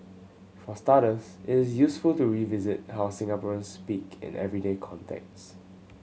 for starters it is useful to revisit how Singaporeans speak in everyday contexts